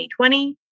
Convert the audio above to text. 2020